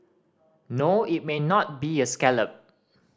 no it may not be a scallop